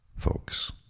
folks